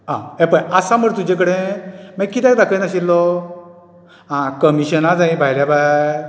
आं हें पळय आसा मरे तुजें कडेन मागी कित्याक दाखय नाशिल्लो हां कमिशनां जायीं भायल्या भायर